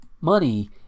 money